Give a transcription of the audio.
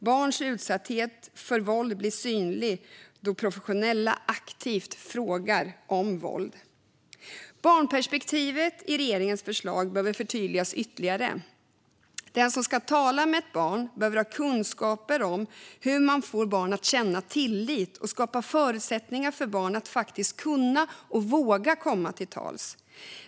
Barns utsatthet för våld blir synlig då professionella aktivt frågar om våld. Barnperspektivet i regeringens förslag behöver förtydligas ytterligare. Den som ska tala med ett barn behöver ha kunskaper om hur man får barn att känna tillit och skapar förutsättningar för barn att faktiskt kunna och våga komma till tals.